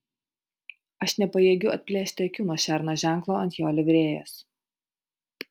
aš nepajėgiu atplėšti akių nuo šerno ženklo ant jo livrėjos